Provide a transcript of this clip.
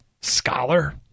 scholar